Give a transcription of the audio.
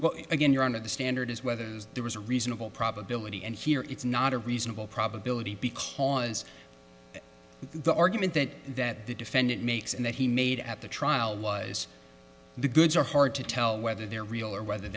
again you're on to the standard is whether there was a reasonable probability and here it's not a reasonable probability because the argument that that the defendant makes and that he made at the trial was the goods are hard to tell whether they're real or whether